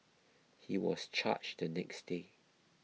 he was charged the next day